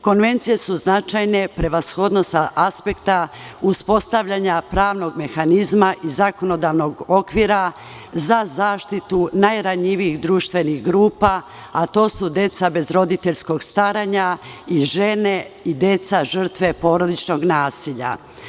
Konvencije su značajne prevashodno sa aspekta uspostavljanja pravnog mehanizma i zakonodavnog okvira za zaštitu najranjivijih društvenih grupa a to su deca bez roditeljskog staranja i žene i deca žrtve porodičnog nasilja.